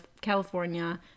California